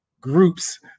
groups